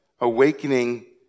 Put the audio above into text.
awakening